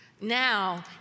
Now